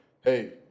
hey